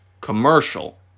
commercial